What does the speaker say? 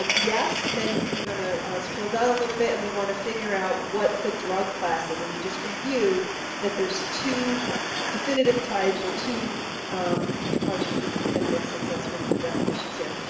um yes, then you're going to scroll down a little bit and we want to figure out what the drug class is, and we just reviewed that there's two definitive types, or two i probably shouldn't use definitive since that's one of the definitions here.